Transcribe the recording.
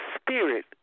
Spirit